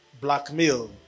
blackmail